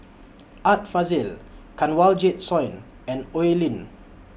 Art Fazil Kanwaljit Soin and Oi Lin